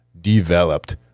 developed